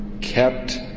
Kept